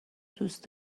دوست